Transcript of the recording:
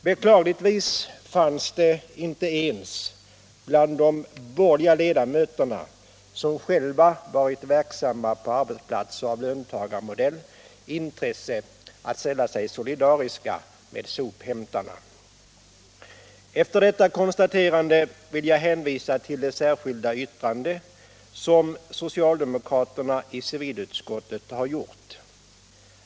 Beklagligtvis fanns det inte ens bland de borgerliga ledamöter som själva varit verksamma på arbetsplatser av löntagarmodell något intresse för att ställa sig solidarisk med sophämtarna. Efter detta konstaterande vill jag hänvisa till det särskilda yttrande som socialdemokraterna i civilutskottet har gjort.